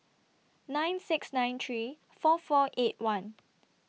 nine six nine three four four eight one